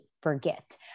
forget